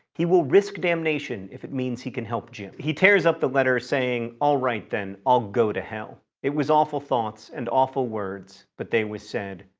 he will risk damnation if it means he can help jim. he tears up the letter, saying, all right, then, i'll go to hell, it was awful thoughts and awful words, but they was said.